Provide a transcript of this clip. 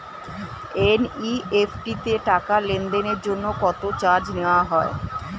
NEFT তে টাকা লেনদেনের জন্য কত চার্জ নেয়া হয়?